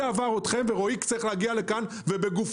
עבר אתכם?"; ורועי היה צריך להגיע לכאן ובגופו